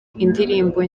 indirimbo